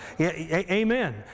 Amen